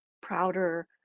prouder